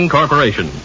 Corporation